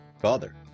Father